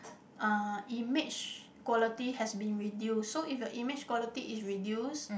uh image quality has been reduced so if your image quality is reduced